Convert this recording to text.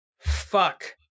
Fuck